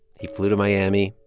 he flew to miami,